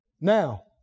now